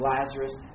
Lazarus